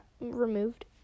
removed